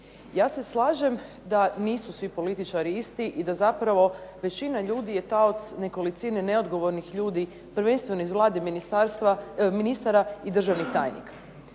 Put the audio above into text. Ja se slažem da nisu svi političari isti i da zapravo većina ljudi je taoc nekolicine neodgovornih ljudi prvenstveno iz Vlade, ministara i državnih tajnika.